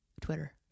Twitter